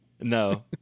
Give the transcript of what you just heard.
No